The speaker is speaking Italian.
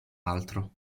altro